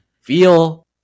feel